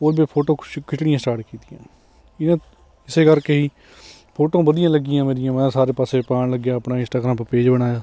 ਉਹ ਪਰ ਫੋਟੋ ਖਿੱਚਣੀਆਂ ਸਟਾਟ ਕੀਤੀਆਂ ਇਹਨਾਂ ਇਸ ਕਰਕੇ ਹੀ ਫੋਟੋ ਵਧੀਆ ਲੱਗੀਆਂ ਮੇਰੀਆਂ ਮੈਂ ਸਾਰੇ ਪਾਸੇ ਪਾਉਣ ਲੱਗਿਆ ਆਪਣਾ ਇੰਸਟਾਗ੍ਰਾਮ ਪਰ ਪੇਜ ਬਣਾਇਆ